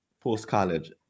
post-college